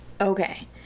okay